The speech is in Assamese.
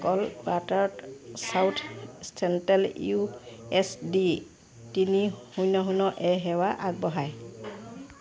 ক'ল্ডৱাটাৰত south central U S D তিনি শূন্য শূন্যই সেৱা আগবঢ়ায়